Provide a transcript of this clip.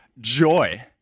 joy